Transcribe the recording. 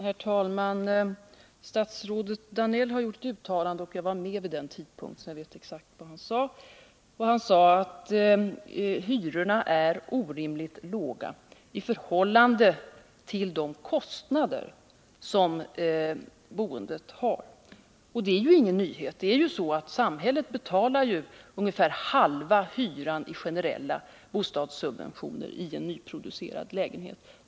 Herr talman! Statsrådet Danell har gjort ett uttalande, och eftersom jag var med vid det tillfället vet jag exakt vad han sade. Han yttrade att hyrorna är orimligt låga i förhållande till boendets kostnader. Det är ju ingen nyhet. Samhället betalar ju genom generella bostadssubventioner ungefär halva hyran i en nyproducerad lägenhet.